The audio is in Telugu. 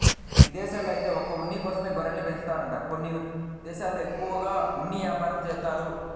ఇదేశాల్లో ఐతే ఒక్క ఉన్ని కోసమే గొర్రెల్ని పెంచుతారంట కొన్ని దేశాల్లో ఎక్కువగా ఉన్ని యాపారం జేత్తారు